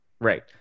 right